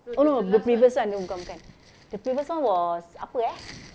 oh no the previous one dia bukan bukan the previous one was apa eh